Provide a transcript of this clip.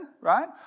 right